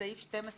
הוא סעיף 12א(1)(ג).